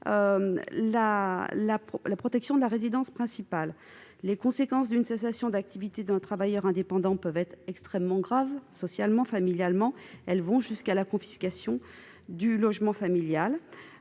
particulièrement de sa résidence principale. Les conséquences d'une cessation d'activité d'un travailleur indépendant peuvent être extrêmement graves socialement et familialement si elles vont jusqu'à la confiscation du logement familial.